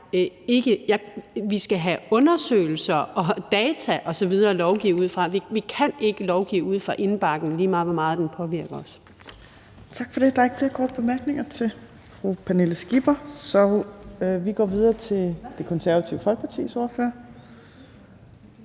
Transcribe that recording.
vi skal have undersøgelser og data osv. at lovgive ud fra, og vi kan ikke lovgive ud fra indbakken, lige meget hvor meget den påvirker os. Kl. 17:57 Tredje næstformand (Trine Torp): Tak for det. Der er ikke flere korte bemærkninger til fru Pernille Skipper. Så vi går videre til Det Konservative Folkepartis